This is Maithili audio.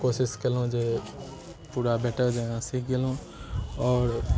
कोशिश केलहुँ जे पूरा बेटर जकाँ सीखि गेलहुँ आओर